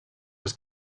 was